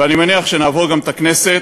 ואני מניח שנעבור גם את הכנסת,